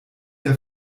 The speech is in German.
der